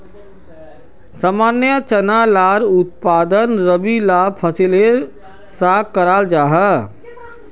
सामान्य चना लार उत्पादन रबी ला फसलेर सा कराल जाहा